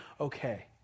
okay